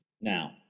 Now